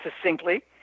succinctly